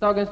Dagens